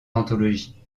anthologies